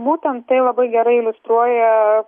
būtent tai labai gerai iliustruoja